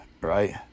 right